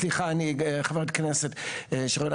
סליחה, חברת הכנסת שרון.